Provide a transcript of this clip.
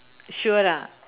sure ah